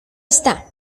está